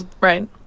right